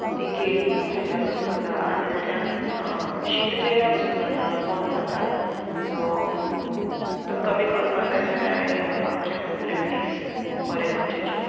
so तीं केळीं हायल्यार पसून जाता आनी जाल्यार शीत जेयल्यार पसून जाता बोंद जाता सो तो कमी करपा जाय जाल्यार आमचे होम रेमिडीज बऱ्यो गरजेच्यो